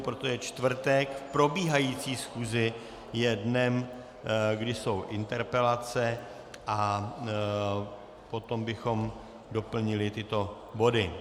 Protože je čtvrtek, v probíhající schůzi je dnem, kdy jsou interpelace, a potom bychom doplnili tyto body.